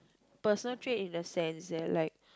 personal trait in a sense that like